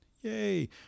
Yay